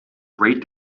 great